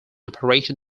operation